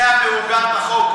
זה המעוגן בחוק,